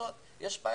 ברמה הזו יש בעיה.